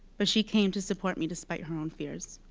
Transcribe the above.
but she came to support me despite her own fears.